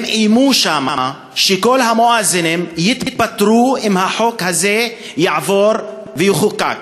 הם איימו שם שכל המואזינים יתפטרו אם החוק הזה יעבור ויחוקק.